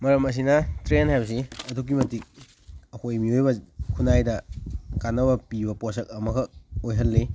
ꯃꯔꯝ ꯑꯁꯤꯅ ꯇ꯭ꯔꯦꯟ ꯍꯥꯏꯕꯁꯤ ꯑꯗꯨꯛꯀꯤ ꯃꯇꯤꯛ ꯑꯩꯈꯣꯏ ꯃꯤꯑꯣꯏꯕ ꯈꯨꯅꯥꯏꯗ ꯀꯥꯅꯕ ꯄꯤꯕ ꯄꯣꯠꯁꯛ ꯑꯃꯈꯛ ꯑꯣꯏꯍꯜꯂꯤ